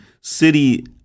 city